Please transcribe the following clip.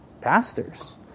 Pastors